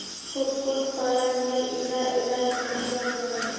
कुक्कुट पालानेर इला इला समस्या छे